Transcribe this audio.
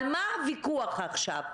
על מה הוויכוח עכשיו?